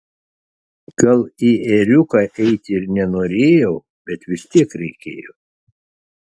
gal į ėriuką eiti ir nenorėjau bet vis tiek reikėjo